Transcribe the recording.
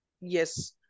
Yes